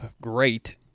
Great